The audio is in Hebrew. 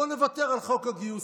בואו נוותר על חוק הגיוס.